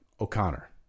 O'Connor